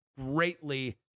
greatly